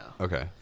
Okay